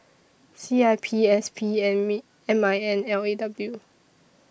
C I P S P and Me M I N L A W